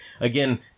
again